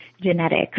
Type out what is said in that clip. genetics